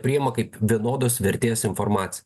priima kaip vienodos vertės informaciją